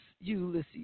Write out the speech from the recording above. Ulysses